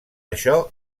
això